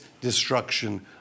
destruction